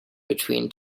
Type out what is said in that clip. between